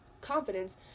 confidence